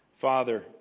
Father